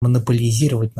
монополизировать